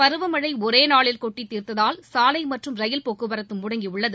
பருவமழை ஒரே நாளில் கொட்டித் தீர்த்ததால் சாலை மற்றும் ரயில் போக்குவரத்து முடங்கியுள்ளது